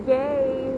!yay!